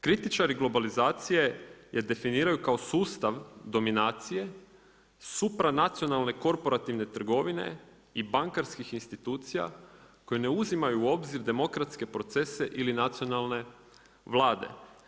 Kritičari globalizacije je definiraju kao sustav dominacije, supranacionalne korporativne trgovine i bankarskim institucija koje ne uzimaju u obzir demokratske procese ili nacionalne Vlade.